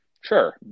Sure